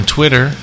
Twitter